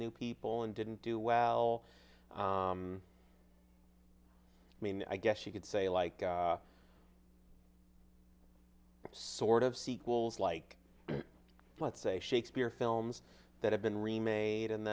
new people and didn't do well i mean i guess you could say like sort of sequels like let's say shakespeare films that have been remade and